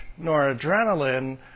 noradrenaline